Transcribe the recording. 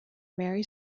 mary